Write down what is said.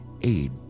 aid